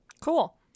Cool